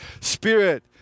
spirit